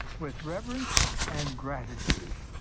with reverence and gratitude,